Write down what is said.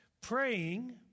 praying